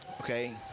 Okay